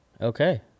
okay